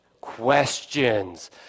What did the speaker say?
questions